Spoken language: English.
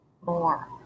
more